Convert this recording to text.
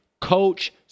coach